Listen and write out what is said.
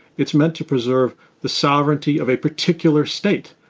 it's meant to preserve the sovereignty of a particular state.